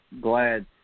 glad